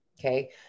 Okay